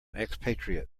expatriate